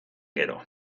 gero